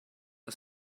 are